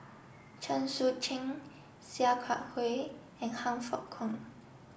Chen Sucheng Sia Kah Hui and Han Fook Kwang